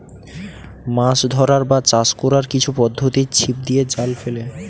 মাছ ধরার বা চাষ কোরার কিছু পদ্ধোতি ছিপ দিয়ে, জাল ফেলে